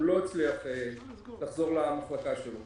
הם לא הצליחו לחזור למחלקה.